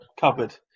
cupboard